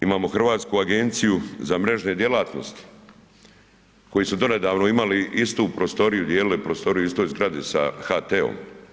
Imamo Hrvatsku agenciju za mrežne djelatnosti koji su donedavno imali istu prostoriju, dijelili prostoriju u istoj zgradi sa HT-om.